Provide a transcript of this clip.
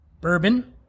bourbon